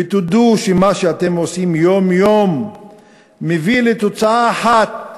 ותודו שמה שאתם עושים יום-יום מביא לתוצאה אחת,